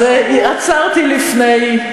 אז עצרתי לפני.